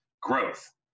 growth